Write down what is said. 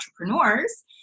entrepreneurs